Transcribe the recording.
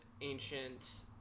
ancient